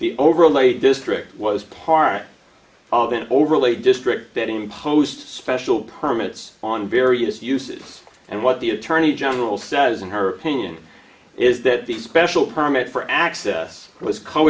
the overlay district was part of an overlay district that imposed special permits on various uses and what the attorney general says in her opinion is that the special permit for access was co